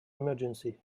emergency